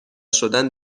شدن